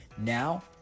Now